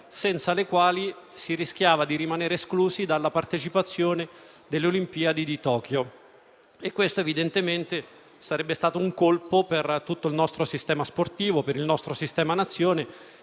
senza le quali si rischiava di rimanere esclusi dalla partecipazione alle Olimpiadi di Tokyo. Ciò evidentemente sarebbe stato un colpo per tutto il nostro sistema sportivo e per il nostro sistema Nazione,